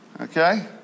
Okay